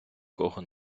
кого